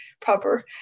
proper